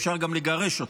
אפשר גם לגרש אותו,